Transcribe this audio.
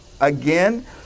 again